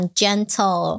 gentle